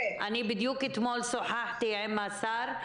בדיוק אתמול שוחחתי עם השר.